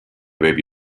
baby